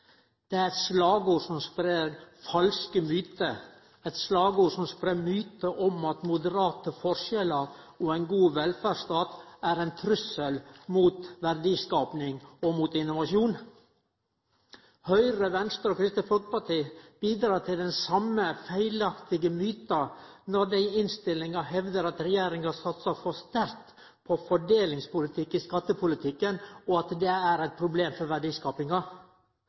Det er eit slagord som spreier falske mytar, eit slagord som spreier mytar om at moderate forskjellar og ein god velferdsstat er ein trussel mot verdiskaping og mot innovasjon. Høgre, Venstre og Kristeleg Folkeparti bidreg til dei same feilaktige mytane når dei i innstillinga hevdar at regjeringa satsar for sterkt på fordelingspolitikk i skattepolitikken, og at det er eit problem for verdiskapinga.